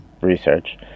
research